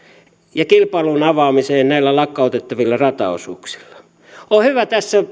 ja kilpailun avaamiseen näillä lakkautettavilla rataosuuksilla on hyvä tässä